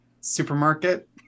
supermarket